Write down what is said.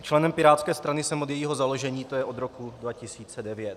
Členem pirátské strany jsem od jejího založení, tj. od roku 2009.